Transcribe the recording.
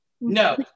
No